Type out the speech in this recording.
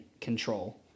control